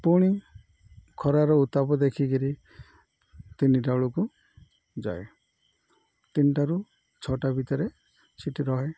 ପୁଣି ଖରାର ଉତ୍ତାପ ଦେଖିକରି ତିନିଟା ବେଳକୁ ଯାଏ ତିନିଟାରୁ ଛଅଟା ଭିତରେ ଛୁଟିି ରହେ